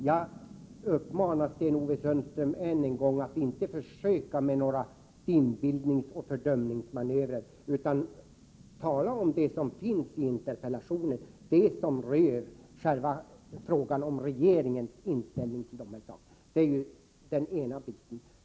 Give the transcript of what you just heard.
Jag uppmanar än en gång Sten-Ove Sundström att inte försöka med några inbillningsoch fördömningsmanövrer utan tala om det som finns i interpellationen, det som rör regeringens inställning till de här frågorna. Det är den ena biten.